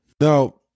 Now